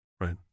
right